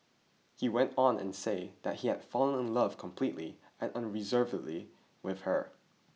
he went on and said that he had fallen in love completely and unreservedly with her